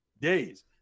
days